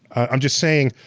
i'm just saying,